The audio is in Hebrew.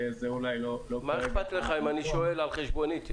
וזה אולי לא --- מה אכפת לך אם אני שואל על חשבוני?